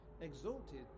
exalted